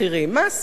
מה עשיתם?